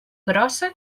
grossa